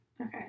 okay